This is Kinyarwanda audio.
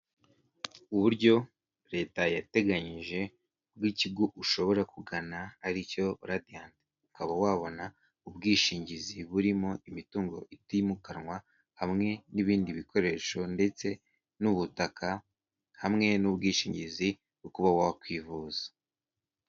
Ibikorwaremezo, bya leta byihutisha iterambere ry'igihugu hubakwa amazu meza maremare akeye, hafi y'imihanda ya kaburimbo.